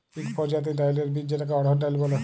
ইক পরজাতির ডাইলের বীজ যেটাকে অড়হর ডাল ব্যলে